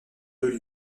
deux